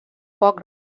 poc